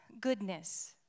goodness